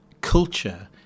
culture